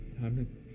time